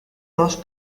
dos